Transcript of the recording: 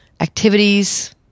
activities